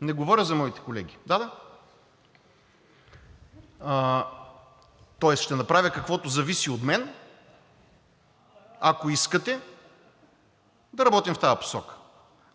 „Ти да видиш!“) Да. Да, тоест ще направя каквото зависи от мен, ако искате да работим в тази посока.